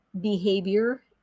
behavior